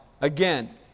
Again